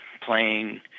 playing